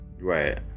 Right